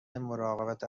مراقبت